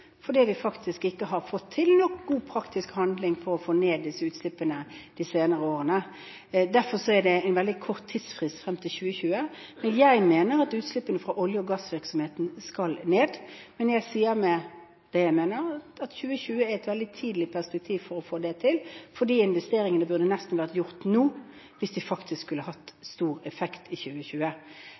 fordi vi faktisk ikke har fått til nok god praktisk handling for å få ned disse utslippene de senere årene. Derfor er det en veldig kort tidsfrist frem til 2020. Jeg mener at utslippene fra olje- og gassvirksomheten skal ned, men jeg sier det jeg mener, at 2020 er et veldig tidlig perspektiv for å få det til, fordi investeringene nesten burde vært gjort nå hvis de faktisk skulle hatt stor effekt i 2020.